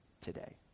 today